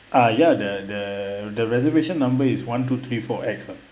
uh ya the the the reservation number is one two three four X uh